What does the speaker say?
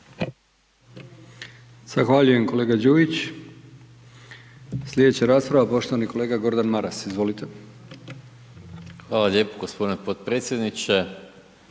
Zahvaljujem gospodine potpredsjedniče.